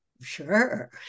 Sure